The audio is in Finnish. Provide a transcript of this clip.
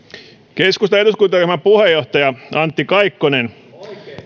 keskustan eduskuntaryhmän puheenjohtaja antti kaikkonen